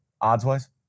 odds-wise